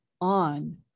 on